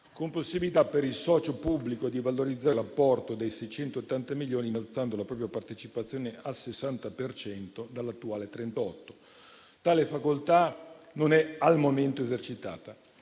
con possibilità per il socio pubblico di valorizzare l'apporto dei 680 milioni innalzando la propria partecipazione al 60 per cento, dall'attuale 38 per cento. Tale facoltà non è al momento esercitata.